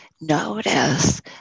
notice